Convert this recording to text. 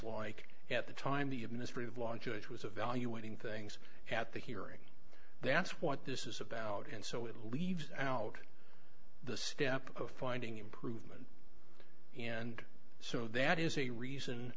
like at the time the administrative law judge was evaluating things at the hearing that's what this is about and so it leaves out the step of finding improvement and so that is a reason